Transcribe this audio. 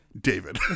David